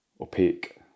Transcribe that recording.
opaque